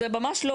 זה ממש לא.